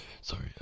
Sorry